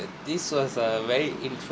uh this was a very interesting